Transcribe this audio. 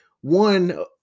one